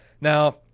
Now